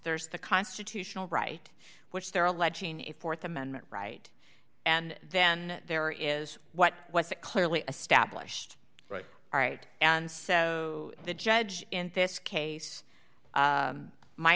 there's the constitutional right which they're alleging a th amendment right and then there is what was clearly established right right and so the judge in this case